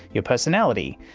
your personality,